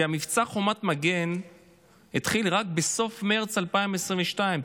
שמבצע חומת מגן התחיל רק בסוף מרץ 2022,